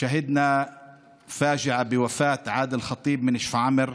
היינו עדים למוות הטרגי של עאדל ח'טיב משפרעם,